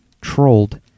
trolled